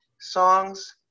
songs